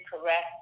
correct